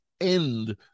end